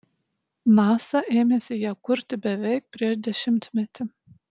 nasa ėmėsi ją kurti beveik prieš dešimtmetį